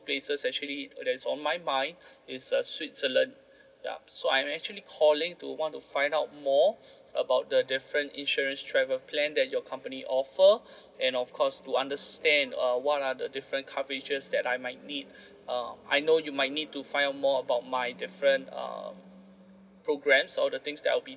places actually that's on my mind it's uh switzerland yup so I'm actually calling to want to find out more about the different insurance travel plan that your company offer and of course to understand uh what are the different coverages that I might need um I know you might need to find out more about my different uh programmes or the things that I'll be